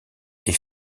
est